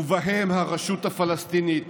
ובהם הרשות הפלסטינית,